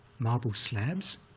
marble slabs,